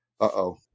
uh-oh